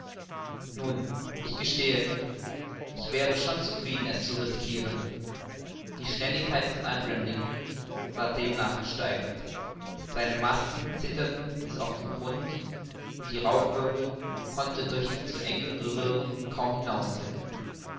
nun ich gestehe ich wäre schon zufrieden es zu riskiren die schnelligkeit des abraham lincoln ward demnach gesteigert seine masten zitterten bis auf den grund und die rauchwirbel konnten durch die zu engen röhren kaum